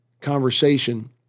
conversation